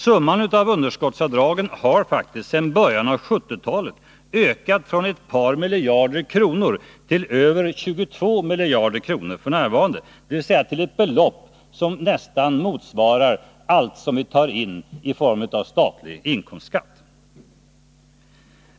Summan av underskottsavdragen har sedan början av 1970-talet ökat från ett par miljarder kronor till över 22 miljarder kronor f. n., dvs. till ett belopp som nästan motsvarar allt som vi tar in i form av statlig inkomstskatt.